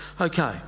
Okay